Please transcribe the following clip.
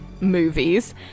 Movies